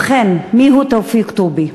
"ובכן, מיהו תופיק טובי?